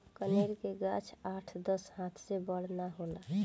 कनेर के गाछ आठ दस हाथ से बड़ ना होला